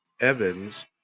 Evans